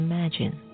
Imagine